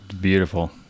Beautiful